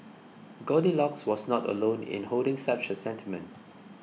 goldilocks was not alone in holding such a sentiment